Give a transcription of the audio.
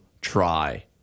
try